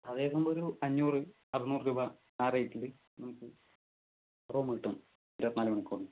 അതാകുമ്പോൾ ഒരു അഞ്ഞൂറ് അറുനൂറ് രൂപ ആ റേറ്റിൽ നമുക്ക് റൂം കിട്ടും ഇരുപത്തിനാല് മണിക്കൂറിന്